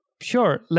sure